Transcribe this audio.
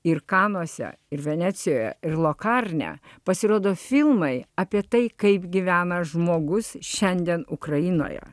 ir kanuose ir venecijoje ir lokarne pasirodo filmai apie tai kaip gyvena žmogus šiandien ukrainoje